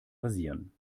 rasieren